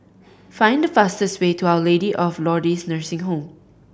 find the fastest way to Our Lady of Lourdes Nursing Home